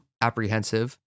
apprehensive